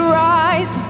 rise